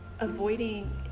avoiding